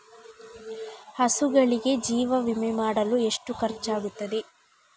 ಹಸುಗಳಿಗೆ ಜೀವ ವಿಮೆ ಮಾಡಲು ಎಷ್ಟು ಖರ್ಚಾಗುತ್ತದೆ?